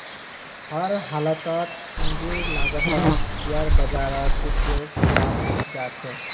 हर हालतत पूंजीर लागतक शेयर बाजारत उपयोग कियाल जा छे